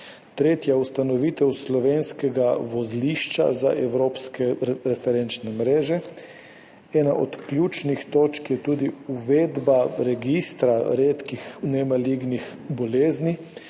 tretja ustanovitev slovenskega vozlišča za evropske referenčne mreže. Ena od ključnih točk je tudi uvedba registra redkih nemalignih bolezni